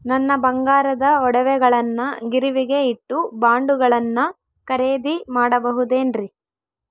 ನನ್ನ ಬಂಗಾರದ ಒಡವೆಗಳನ್ನ ಗಿರಿವಿಗೆ ಇಟ್ಟು ಬಾಂಡುಗಳನ್ನ ಖರೇದಿ ಮಾಡಬಹುದೇನ್ರಿ?